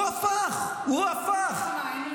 אין מלחמה, אין מלחמה.